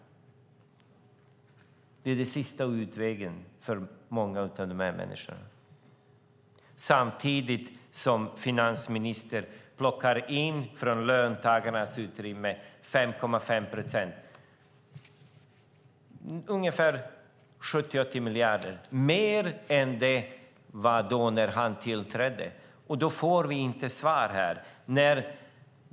Det är sista utvägen för många av dessa människor. Samtidigt plockar finansministern in 5,5 procent från löntagarnas utrymme. Det är ungefär 70-80 miljarder mer än det var när han tillträdde - och vi får inte svar här.